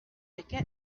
jacket